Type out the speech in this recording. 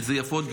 מזויפות,